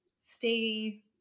stay